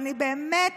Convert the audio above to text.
ואני באמת